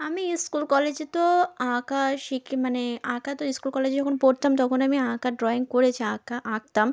আমি স্কুল কলেজে তো আঁকা শিখি মানে আঁকা তো স্কুল কলেজে যখন পড়তাম তখন আমি আঁকা ড্রইং করেছি আঁকা আঁকতাম